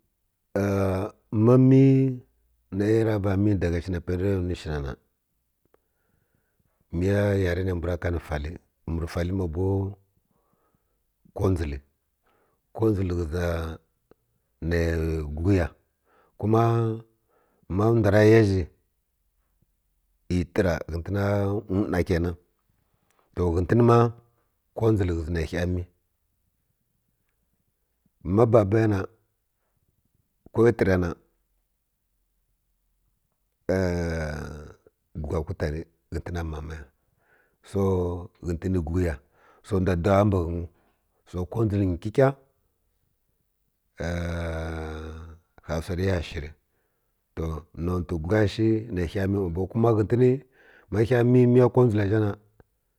ma mi nə ya ra va mi daga shina punə rə ya ra nuwi shi na na miya yari nə mbw ra ka nə fali fali ma bow fali mma bow kodʒil kodʒil ghə na guri kuna ma ndw ra ya zwi iy təra ghə tə na t nwa’a ta ghə ten ma kodʒil nə ghe mi ma bubo ya na ko təra na gura gutau ghətə na ma ma ya so ghətən gur ya ndw dow mbi ghəngiw tsəwa kodʒil nyi kəkah gha wsa rə ya shiri to nonfə guna shi nə ghə mi ma bow kuma ghətənə mu ghəy mi miya kodʒila zha na